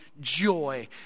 joy